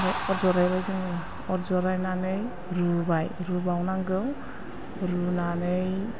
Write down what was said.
अर जरायबाय जोङो अर जरायनानै रुबाय रुबावनांगौ रुनानै